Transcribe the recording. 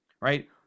right